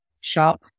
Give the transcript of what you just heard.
shop